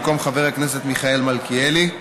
במקום חבר הכנסת מיכאל מלכיאלי,